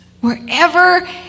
Wherever